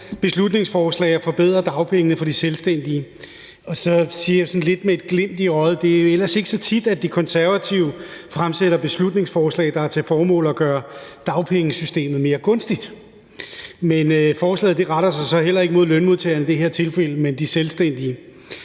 beslutningsforslag ønsker at få forbedret dagpengene for de selvstændige. Så siger jeg sådan lidt med et glimt i øjet, at det ellers ikke er så tit, at De Konservative fremsætter beslutningsforslag, der har til formål at gøre dagpengesystemet mere gunstigt. Men forslaget retter sig så heller ikke imod lønmodtagerne i det her tilfælde, men de selvstændige.